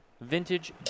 Vintage